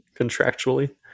contractually